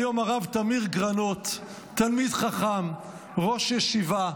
היום הרב תמיר גרנות, תלמיד חכם, ראש ישיבה,